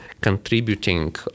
contributing